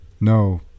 No